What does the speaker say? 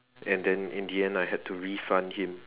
and then in the end I had to refund him